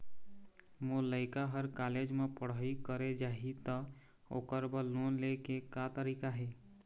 मोर लइका हर कॉलेज म पढ़ई करे जाही, त ओकर बर लोन ले के का तरीका हे?